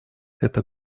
это